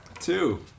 Two